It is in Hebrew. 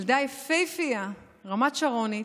ילדה יפהפייה, רמת-שרונית,